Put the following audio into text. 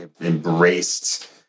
embraced